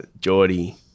Geordie